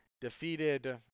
defeated